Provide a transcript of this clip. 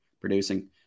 producing